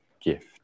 gift